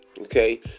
Okay